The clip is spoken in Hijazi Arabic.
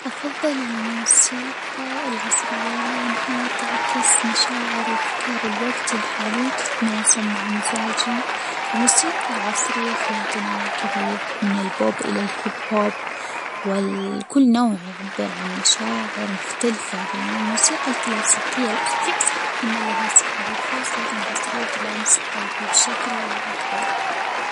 أفظل الموسيقى العصرية لأنها تعكس مشاعر، وأفكار الوجت الحالي، وتتناسب مع مزاجي، الموسيقى العصرية فيها تنوع كبير من البوب إلى الهيب هوب، وكل نوع يعبر عن مشاعر مختلفة، بينما الموسيقى الكلاسيكية صحيح إن لها سحرها الخاص، لكن العصرية تلامس قلبي بشكل أكبر.